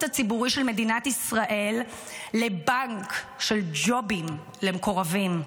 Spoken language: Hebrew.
הציבורי של מדינת ישראל לבנק של ג'ובים למקורבים.